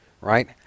Right